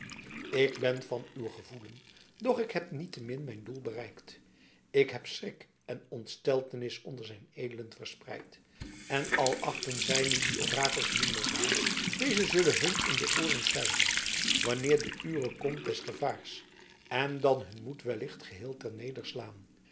ik ben van uw gevoelen doch ik heb niettemin mijn doel bereikt ik heb schrik en ontsteltenis onder zijn edelen verspreid en al achten zij nu die orakels minder zwaar deze zullen hun in de ooren suizen wanneer de ure komt des gevaars en dan hun moed wellicht geheel